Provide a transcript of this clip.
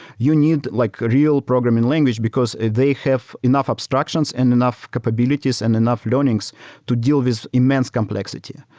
you need like a real programming language because they have enough abstractions and enough capabilities and enough learnings to deal this immense complexity.